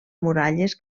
muralles